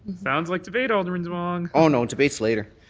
sounds like debate, alderman demong. oh, no, debate is later.